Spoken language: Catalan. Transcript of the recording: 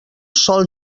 sol